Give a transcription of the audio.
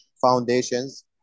foundations